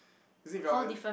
is it very obvious